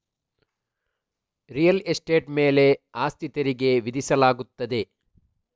real estate ಮೇಲೆ ಆಸ್ತಿ ತೆರಿಗೆ ವಿಧಿಸಲಾಗುತ್ತದೆ